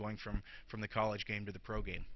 going from from the college game to the pro game